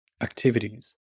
activities